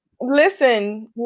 listen